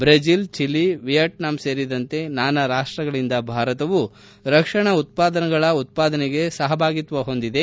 Brazil Chile Vietnam ಸೇರಿದಂತೆ ನಾನಾ ರಾಷ್ಟಗಳಿಂದ ಭಾರತವು ರಕ್ಷಣಾ ಉತ್ಪನ್ನಗಳ ಉತ್ಪಾದನೆಗೆ ಸಹಭಾಗಿತ್ವ ಹೊಂದಿದೆ